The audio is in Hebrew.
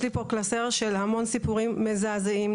יש לי פה קלסר של המון סיפורים מזעזעים,